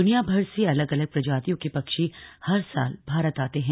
दुनिया भर से अलग अलग प्रजातियों के पक्षी हर साल भारत आते हैं